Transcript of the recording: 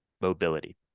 mobility